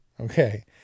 Okay